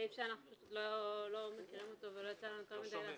שאנחנו לא מכירים אותו ולא יצא לנו --- איתו.